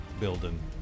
building